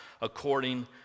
according